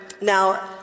now